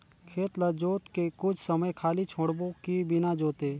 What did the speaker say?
खेत ल जोत के कुछ समय खाली छोड़बो कि बिना जोते?